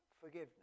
forgiveness